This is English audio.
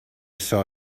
saw